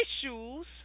issues